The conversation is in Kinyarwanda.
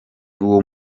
uwo